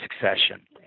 succession